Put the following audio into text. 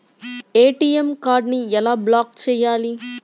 ATM కార్డుని ఎలా block చేయాలి?